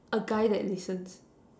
a guy that listens